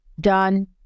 done